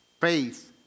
Faith